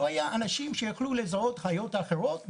ולא היו אנשים שיוכלו לזהות חיות אחרות.